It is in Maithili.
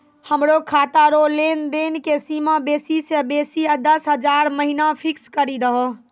हमरो खाता रो लेनदेन के सीमा बेसी से बेसी दस हजार महिना फिक्स करि दहो